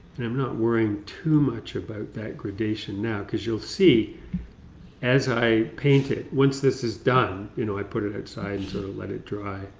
and i'm not worrying too much about that gradation now, because you'll see as i paint it, once this is done, you know, i put it outside and sort of let it dry